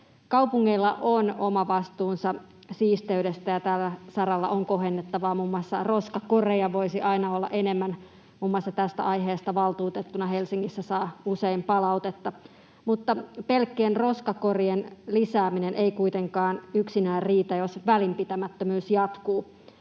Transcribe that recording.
Kaupungeilla on oma vastuunsa siisteydestä, ja tällä saralla on kohennettavaa. Muun muassa roskakoreja voisi aina olla enemmän — muun muassa tästä aiheesta valtuutettuna Helsingissä saa usein palautetta — mutta pelk-kien roskakorien lisääminen ei kuitenkaan yksinään riitä, jos välinpitämättömyys jatkuu.